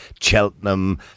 Cheltenham